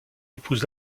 épouse